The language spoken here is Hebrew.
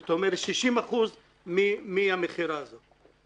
זאת אומרת, 60% מהמכירה הזאת.